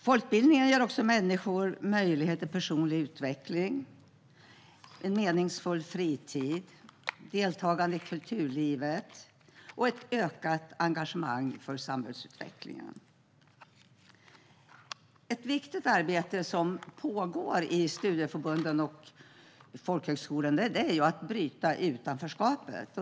Folkbildningen ger också människor möjlighet till personlig utveckling, en meningsfull fritid, deltagande i kulturlivet och ett ökat engagemang för samhällsutvecklingen. Ett viktigt arbete som pågår i studieförbund och på folkhögskolor är att bryta utanförskapet.